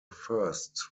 first